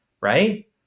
right